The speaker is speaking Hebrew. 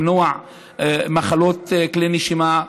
למנוע מחלות כלי נשימה,